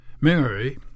Mary